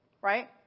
Right